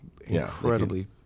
incredibly